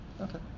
Okay